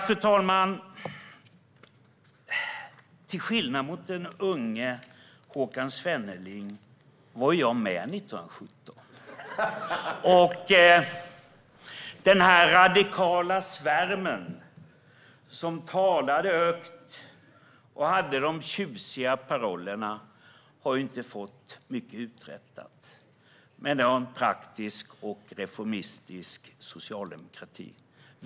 Fru talman! Till skillnad från den unge Håkan Svenneling var jag med 1917. Den radikala svärm som talade högt och hade de tjusiga parollerna har ju inte fått mycket uträttat, men det har en praktisk och reformistisk socialdemokrati.